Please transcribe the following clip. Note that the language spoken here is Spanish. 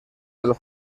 del